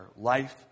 life